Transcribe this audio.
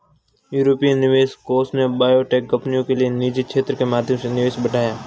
यूरोपीय निवेश कोष ने बायोटेक कंपनियों के लिए निजी क्षेत्र के माध्यम से निवेश बढ़ाया